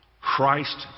Christ